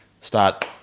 start